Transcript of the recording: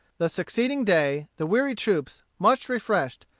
the succeeding day, the weary troops, much refreshed,